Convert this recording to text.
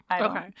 okay